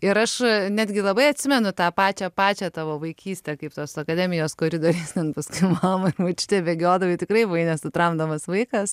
ir aš netgi labai atsimenu tą pačią pačią tavo vaikystę kaip tos akademijos koridoriais ten pas mamą močiutę bėgiodavai tikrai buvai nesutramdomas vaikas